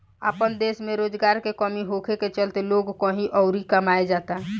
आपन देश में रोजगार के कमी होखे के चलते लोग कही अउर कमाए जाता